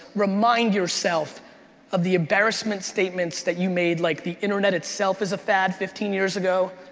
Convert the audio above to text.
remind yourself of the embarrassment statements that you made like the internet itself is a fad fifteen years ago,